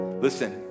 Listen